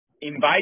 invite